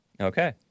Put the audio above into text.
Okay